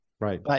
right